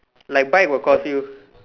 like bike will cost you